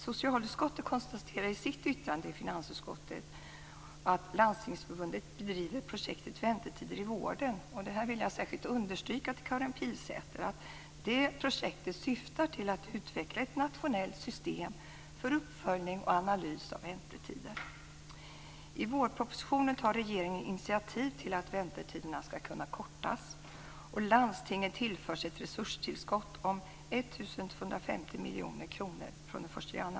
Socialutskottet konstaterar i sitt yttrande till finansutskottet att Landstingsförbundet bedriver projektet Väntetider i vården. Jag vill särskilt understryka för Karin Pilsäter att det projektet syftar till att utveckla ett nationellt system för uppföljning och analys av väntetider. I vårpropositionen tar regeringen initiativ till att väntetiderna ska kunna kortas.